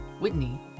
Whitney